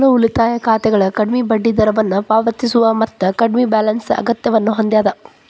ಮೂಲ ಉಳಿತಾಯ ಖಾತೆಗಳ ಕಡ್ಮಿ ಬಡ್ಡಿದರವನ್ನ ಪಾವತಿಸ್ತವ ಮತ್ತ ಕಡ್ಮಿ ಬ್ಯಾಲೆನ್ಸ್ ಅಗತ್ಯವನ್ನ ಹೊಂದ್ಯದ